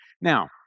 Now